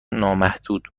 نامحدود